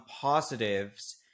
positives